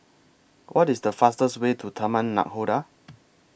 What IS The fastest Way to Taman Nakhoda